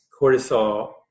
cortisol